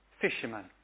Fishermen